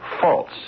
false